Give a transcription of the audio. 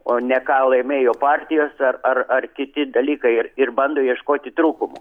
o ne ką laimėjo partijos ar ar kiti dalykai ir ir bando ieškoti trūkumų